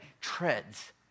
treads